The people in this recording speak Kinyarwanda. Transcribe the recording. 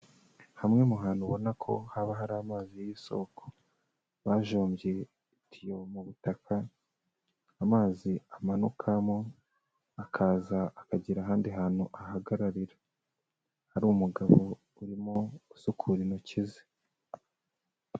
Hamwe mu hantu ubona ko haba hari amazi y'isoko, bajombye itiyo mu butaka amazi amanukamo akaza akagira ahandi hantu ahagararira, hari umugabo urimo usukura intoki ze.